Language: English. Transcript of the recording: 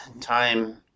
time